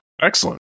Excellent